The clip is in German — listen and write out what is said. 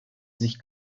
sich